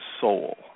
soul